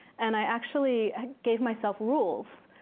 and i actually ah gave myself rules.